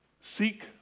Seek